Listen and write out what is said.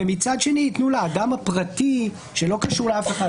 ומצד שני יתנו לאדם הפרטי שלא קשור לאף אחד,